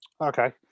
Okay